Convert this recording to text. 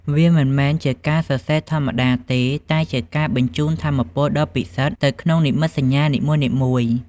វាមិនមែនជាការសរសេរធម្មតាទេ តែជាការបញ្ជូនថាមពលដ៏ពិសិដ្ឋទៅក្នុងនិមិត្តសញ្ញានីមួយៗ